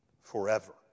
forever